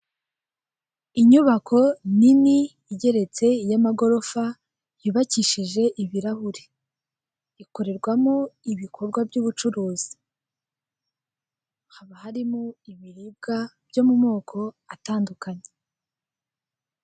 Inyubako nini igeretse y'amagorofa yubakishije ibirahuri, ikorerwamo ibikorwa by'ubucuruzi, haba harimo ibiribwa byo mu moko atandukanye.